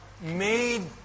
made